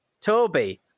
Toby